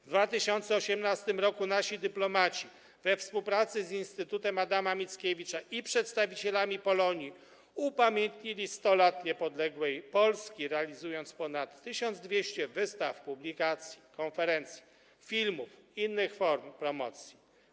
W 2018 r. nasi dyplomaci we współpracy z Instytutem Adama Mickiewicza i przedstawicielami Polonii upamiętnili 100 lat niepodległej Polski, realizując ponad 1200 wystaw, publikacji, konferencji, filmów i innych form promocji.